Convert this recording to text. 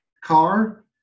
car